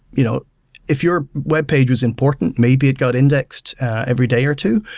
you know if your webpage is important, maybe it got indexed every day or two.